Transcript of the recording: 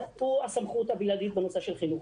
הוא הסמכות הבלעדית בנושא של חינוך.